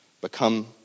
become